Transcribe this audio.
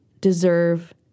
deserve